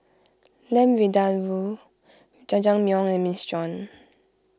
Lamb Vindaloo Jajangmyeon and Minestrone